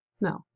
No